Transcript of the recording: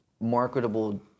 marketable